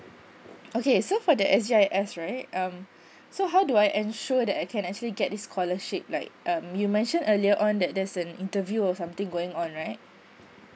okay so for the S_G_I_S right um so how do I ensure that I can actually get this scholarship like um you mentioned earlier on that there's an interview or something going on right